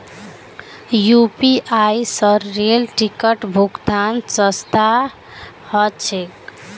UPI स rail ticket भुक्तान सस्ता ह छेक